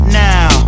now